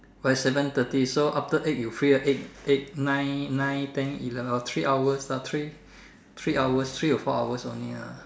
by seven thirty so after eight you free lah eight eight nine nine ten eleven oh three hours lah three three hours three or four hours only lah